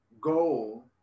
goal